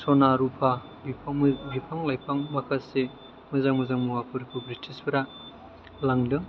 सना रुपा बिफां लाइफां माखासे मोजां मोजां मुवाखौ बृटिसफ्रा लांदों